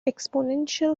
exponential